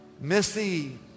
Missy